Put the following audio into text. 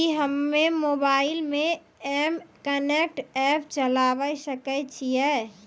कि हम्मे मोबाइल मे एम कनेक्ट एप्प चलाबय सकै छियै?